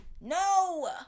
No